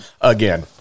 again